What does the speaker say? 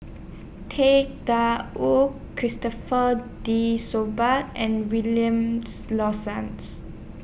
DA Wu Christopher De and Williams Lawson's